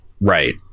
right